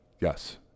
Yes